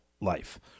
life